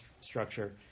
structure